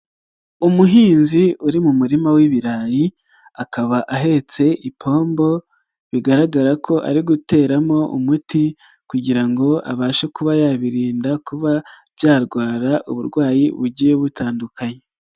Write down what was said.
Umuhinzi uri mu murima w'ibirayi akaba ahetse ipombo bigaragara ko ari guteramo umuti kugira ngo abashe kuba yabirinda kuba byarwara uburwayi bugiye butandukanye.